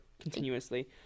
continuously